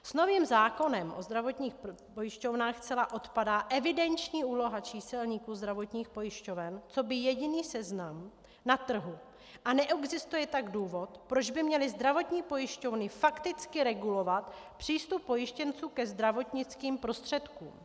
S novým zákonem o zdravotních pojišťovnách zcela odpadá evidenční úloha číselníků zdravotních pojišťoven coby jediný seznam na trhu, a neexistuje tak důvod, proč by měly zdravotní pojišťovny fakticky regulovat přístup pojištěnců ke zdravotnickým prostředkům.